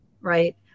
right